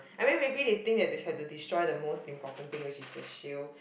I mean maybe they think that they have to destroy the most important thing which is the shield